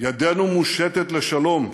ידנו מושטת לשלום,